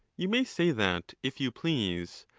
you may say that if you please,